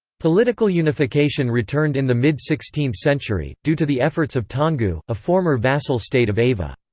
political unification returned in the mid sixteenth century, due to the efforts of taungoo, a former vassal state of ava.